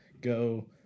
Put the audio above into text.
Go